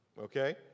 okay